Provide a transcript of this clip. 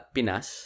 Pinas